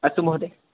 अस्तु महोदय